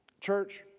Church